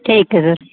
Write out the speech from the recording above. ਠੀਕ ਹੈ ਸਰ